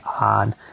on